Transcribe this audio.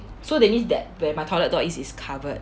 so that means that where my toilet door is is covered